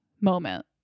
moment